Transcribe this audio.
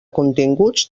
continguts